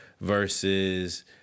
versus